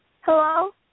Hello